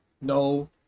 no